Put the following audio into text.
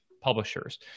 publishers